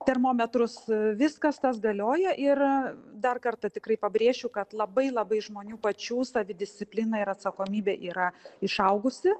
termometrus viskas tas galioja ir dar kartą tikrai pabrėšiu kad labai labai žmonių pačių savidisciplina ir atsakomybė yra išaugusi